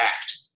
act